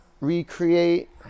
recreate